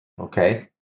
okay